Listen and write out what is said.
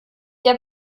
der